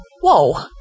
Whoa